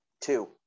Two